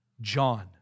John